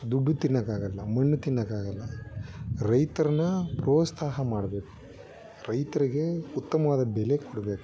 ದುಡ್ಡು ತಿನ್ನೋಕ್ಕಾಗೋಲ್ಲ ಮಣ್ಣು ತಿನ್ನೋಕ್ಕಾಗೋಲ್ಲ ರೈತರನ್ನು ಪ್ರೋತ್ಸಾಹ ಮಾಡಬೇಕು ರೈತರಿಗೆ ಉತ್ತಮವಾದ ಬೆಲೆ ಕೊಡಬೇಕು